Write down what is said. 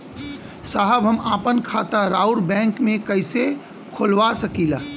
साहब हम आपन खाता राउर बैंक में कैसे खोलवा सकीला?